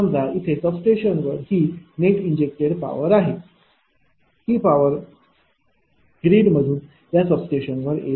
समजा इथे सबस्टेशनवर ही नेट इंजेक्टेड पॉवर आहे ही पावर ग्रीड मधून या सबस्टेशन वर येत आहे